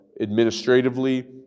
administratively